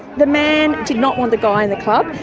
the man did not want the guy in the club.